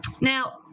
Now